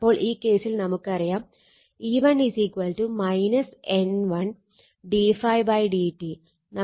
അപ്പോൾ ഈ കേസിൽ നമുക്കറിയാം E1 N1 d∅ dt